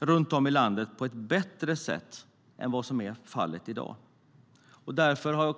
runt om i landet på ett bättre sätt än vad fallet är i dag.